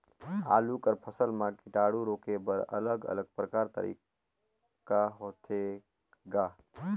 आलू कर फसल म कीटाणु रोके बर अलग अलग प्रकार तरीका होथे ग?